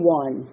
one